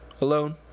Alone